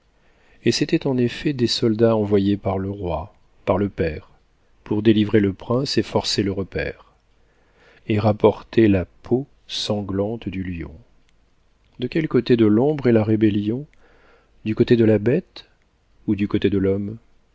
et c'était en effet des soldats envoyés par le roi par le père pour délivrer le prince et forcer le repaire et rapporter la peau sanglante du lion de quel côté de l'ombre est la rébellion du côté de la bête ou du côté de l'homme